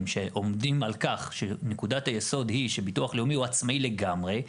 שעומדים על כך שנקודת היסוד היא שביטוח לאומי הוא עצמאי לגמרי,